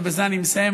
ובזה אני מסיים,